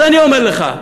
אז אני אומר לך,